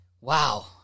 Wow